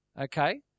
okay